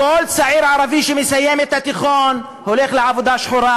כל צעיר ערבי שמסיים את התיכון הולך לעבודה שחורה,